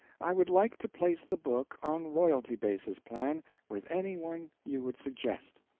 i would like to place the book on royalty basis plan with any one you would suggest.